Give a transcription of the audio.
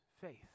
faith